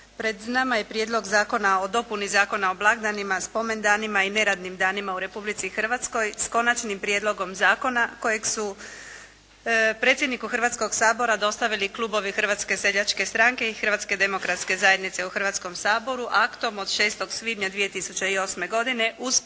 Pred nama je Prijedlog zakona o dopuni Zakona o blagdanima, spomendanima i neradnim danima u Republici Hrvatskoj s Konačnim prijedlogom zakona kojeg su predsjedniku Hrvatskog sabora dostavili klubovi Hrvatske seljačke stranke i Hrvatske demokratske zajednice u Hrvatskom saboru aktom od 6. svibnja 2008. godine uz prijedlog